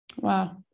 wow